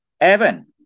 Evan